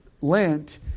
Lent